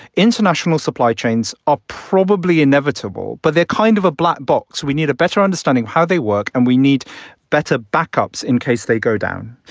international supply chains are probably inevitable, but they're kind of a black box. we need a better understanding of how they work and we need better backups in case they go down.